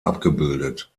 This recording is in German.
abgebildet